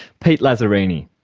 pete lazzarini.